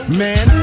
man